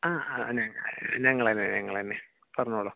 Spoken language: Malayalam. ആ ആണ് ഞങ്ങളന്നെയാണ് ഞങ്ങളന്നെയാണ് പറഞ്ഞോളൂ